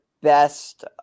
best